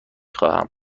خواهم